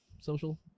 social